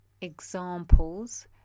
examples